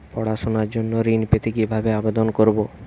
পড়াশুনা জন্য ঋণ পেতে কিভাবে আবেদন করব?